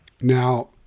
now